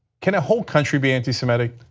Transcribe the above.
can a whole country be anti-semitic?